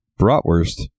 Bratwurst